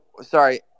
sorry